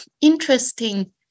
interesting